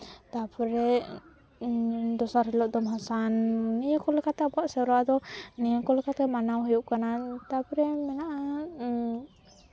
ᱛᱟᱯᱚᱨᱮ ᱫᱚᱥᱟᱨ ᱦᱤᱞᱳᱜ ᱫᱚ ᱵᱷᱟᱥᱟᱱ ᱱᱤᱭᱟᱹ ᱠᱚ ᱞᱮᱠᱟᱛᱮ ᱟᱵᱚᱣᱟᱜ ᱥᱚᱨᱦᱟᱭ ᱫᱚ ᱱᱤᱭᱟᱹ ᱠᱚ ᱞᱮᱠᱟᱛᱮ ᱢᱟᱱᱟᱣ ᱦᱩᱭᱩᱜ ᱠᱟᱱᱟ ᱛᱟᱯᱚᱨᱮ ᱢᱮᱱᱟᱜᱼᱟ